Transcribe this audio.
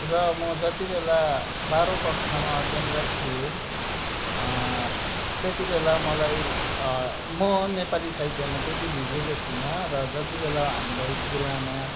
र म जति बेला बाह्रै कक्षामा अध्ययनरत थिएँ त्यति बेला मलाई म नेपाली साहित्यमा त्यति भिजेको थिइनँ र जति बेला हामीलाई गुरुआमा